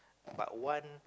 but one